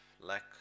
lack